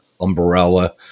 umbrella